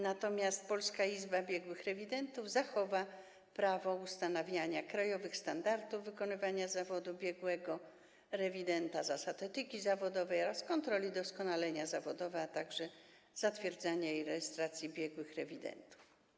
Natomiast Polska Izba Biegłych Rewidentów zachowa prawo ustanawiania krajowych standardów wykonywania zawodu biegłego rewidenta, zasad etyki zawodowej oraz kontroli doskonalenia zawodowego, a także zatwierdzania i rejestracji biegłych rewidentów.